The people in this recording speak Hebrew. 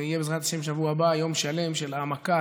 ויהיה בעזרת השם בשבוע הבא יום שלם של העמקה,